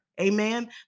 Amen